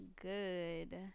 good